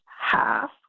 half